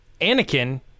Anakin